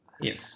Yes